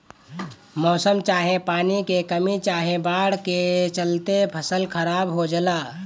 मौसम चाहे पानी के कमी चाहे बाढ़ के चलते फसल खराब हो जला